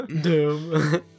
Doom